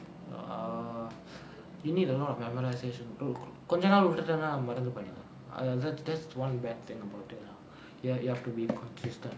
err you need a lot of memorisation கொஞ்ச நாள் விட்டுட்டனா மறந்து போயிருது:konja naal vittuttanaa maranthu poyiruthu err that that's just one bad thing about it lah ya you have to be consistent